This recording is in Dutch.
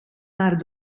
naar